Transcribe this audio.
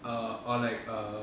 err or like err